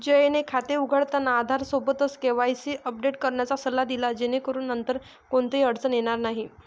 जयने खाते उघडताना आधारसोबत केवायसी अपडेट करण्याचा सल्ला दिला जेणेकरून नंतर कोणतीही अडचण येणार नाही